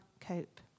cope